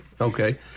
okay